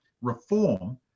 reform